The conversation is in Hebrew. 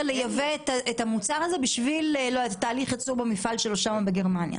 לייבא את המוצר הזה בשביל תהליך אצלו במפעל בגרמניה.